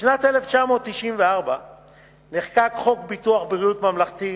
בשנת 1994 נחקק חוק ביטוח בריאות ממלכתי,